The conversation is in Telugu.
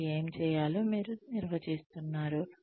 వారు ఏమి చేయాలో మీరు నిర్వచిస్తున్నారు